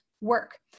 work